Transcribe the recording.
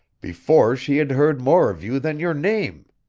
before she had heard more of you than your name,